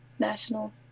National